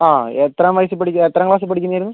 അ എത്രാം വയസ്സിൽ പഠിക്കുവാ എത്രാം ക്ലാസിൽ പഠിക്കുന്നെ ആയിരുന്നു